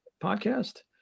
podcast